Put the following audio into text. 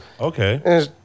Okay